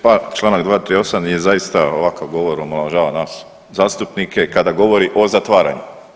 Pa čl. 238. jer zaista ovakav govor omalovažava nas zastupnike kada govori o zatvaranju.